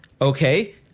okay